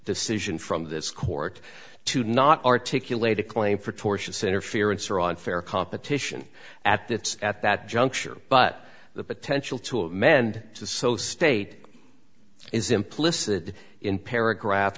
decision from this court to not articulate a claim for tortious interference or unfair competition at that at that juncture but the potential to amend to so state is implicit in paragraph